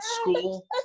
school